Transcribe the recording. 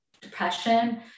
depression